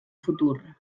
futur